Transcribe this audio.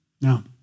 Now